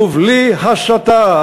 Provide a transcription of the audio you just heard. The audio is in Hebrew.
ובלי הסתה.